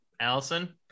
Allison